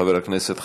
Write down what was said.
חבר הכנסת חזן.